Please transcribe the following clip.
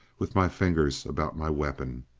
with my fingers about my weapon.